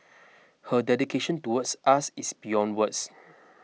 her dedication towards us is beyond words